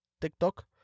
tiktok